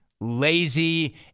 lazy